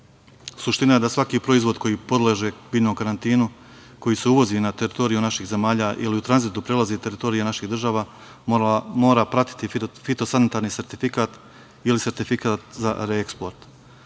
Suština je da svaki proizvod koji podleže biljnom karantinu, koji se uvozi na teritoriji naših zemalja, ili u tranzitu prelazi teritorije naših država, mora pratiti i fitosanitarni sertifikat ili sertifikat za reeksport.